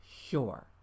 sure